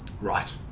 Right